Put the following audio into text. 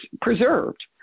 preserved